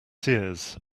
seers